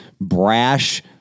brash